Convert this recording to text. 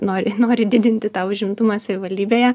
nori nori didinti tą užimtumą savivaldybėje